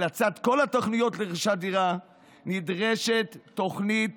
אבל לצד כל התוכניות לרכישת דירה נדרשת תוכנית